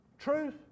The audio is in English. Truth